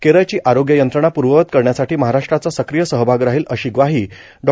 केरळची आरोग्य यंत्रणा पूर्ववत करण्यासाठी महाराष्ट्राचा सक्रीय सहभाग राहील अशी ग्वाही डॉ